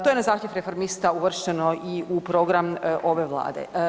To je na zahtjev Reformista uvršteno i u program ove vlade.